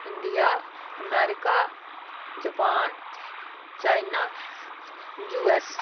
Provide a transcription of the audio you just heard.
India America Japan China U S